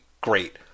great